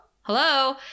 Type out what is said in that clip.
Hello